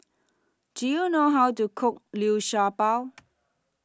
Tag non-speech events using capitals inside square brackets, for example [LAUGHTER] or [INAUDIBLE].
Do YOU know How to Cook Liu Sha Bao [NOISE]